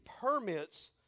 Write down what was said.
permits